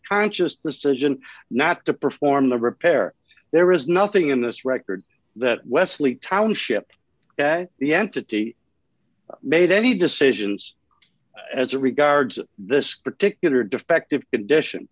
conscious decision not to perform the repair there is nothing in this record that wesley township the entity made any decisions as regards this particular defective condition